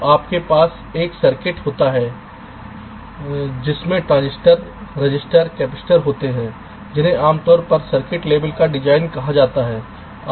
तो आपके पास एक सर्किट होता है जिसमें ट्रांजिस्टर रजिस्टर कैपेसिटर होते हैं जिन्हें आमतौर पर सर्किट लेबल का डिजाइन कहा जाता है